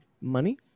money